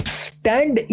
stand